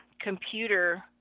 computer